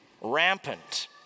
rampant